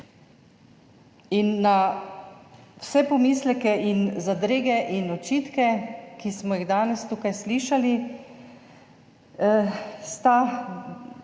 In na vse pomisleke in zadrege in očitke, ki smo jih danes tukaj slišali sta